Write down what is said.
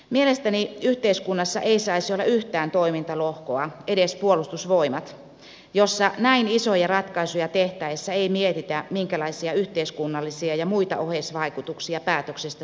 mielestäni yhteiskunnassa ei saisi olla yhtään toimintalohkoa edes puolustusvoimat jossa näin isoja ratkaisuja tehtäessä ei mietitä minkälaisia yhteiskunnallisia ja muita oheisvaikutuksia päätöksestä seuraa